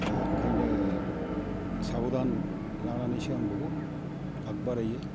ओंखायनो साबधान लानानैसो आं बहुद आग बारायो